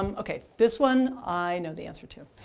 um ok. this one, i know the answer to.